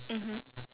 mmhmm